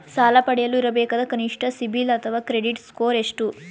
ಸಾಲ ಪಡೆಯಲು ಇರಬೇಕಾದ ಕನಿಷ್ಠ ಸಿಬಿಲ್ ಅಥವಾ ಕ್ರೆಡಿಟ್ ಸ್ಕೋರ್ ಎಷ್ಟು?